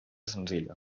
senzilla